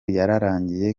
yararangiye